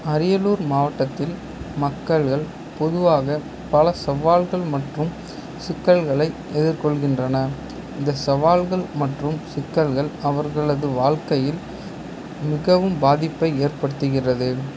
அரியலூர் மாவட்டத்தில் மக்கள்கள் பொதுவாக பல சவால்கள் மற்றும் சிக்கல்களை எதிர்கொள்கின்றனர் இந்த சவால்கள் மற்றும் சிக்கல்கள் அவர்களது வாழ்க்கையில் மிகவும் பாதிப்பை ஏற்படுத்துகிறது